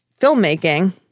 filmmaking